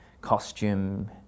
costume